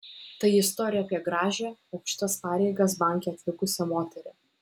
tai istorija apie gražią aukštas pareigas banke atlikusią moterį